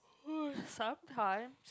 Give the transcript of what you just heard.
sometime